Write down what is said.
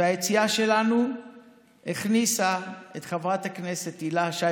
והיציאה שלנו הכניסה את חברת הכנסת הילה שי